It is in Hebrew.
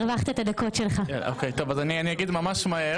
אין, אילת אין, בחדרה